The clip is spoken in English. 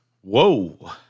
Whoa